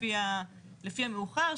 לפי המאוחר.